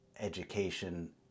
education